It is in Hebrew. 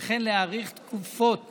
וכן להאריך תקופות